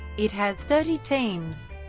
it has thirty teams,